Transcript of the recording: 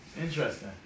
Interesting